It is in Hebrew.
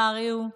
הריעו לה'